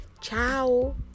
Ciao